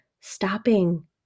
stopping